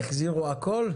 החזירו הכול?